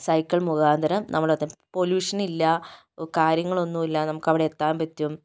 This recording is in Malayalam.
സൈക്കിൾ മുഖാന്തരം നമ്മൾ അത് പൊലൂഷൻ ഇല്ല കാര്യങ്ങൾ ഒന്നുമില്ല നമുക്ക് അവിടെ എത്താൻ പറ്റും